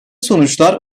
sonuçlar